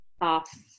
off